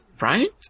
right